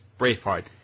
Braveheart